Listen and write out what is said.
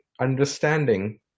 understanding